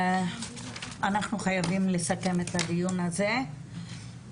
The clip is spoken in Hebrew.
אנחנו חייבים לסכם את הדיון הזה,